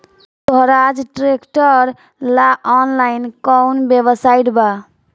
सोहराज tractor ला online कोउन website बा?